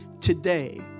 today